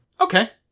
Okay